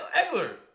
Eggler